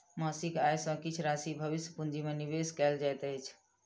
मासिक आय सॅ किछ राशि भविष्य पूंजी में निवेश कयल जाइत अछि